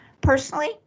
Personally